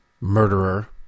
Murderer